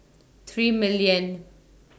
three million